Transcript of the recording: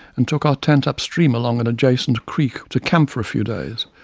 and took our tent upstream along an adjacent creek to camp for a few days.